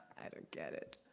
i don't get it.